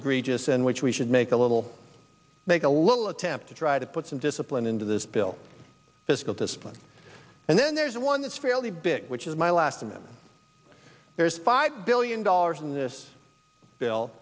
egregious and which we should make a little make a little attempt to try to put some discipline into this bill fiscal discipline and then there's one that's fairly big which is my last minute there's five billion dollars in this bill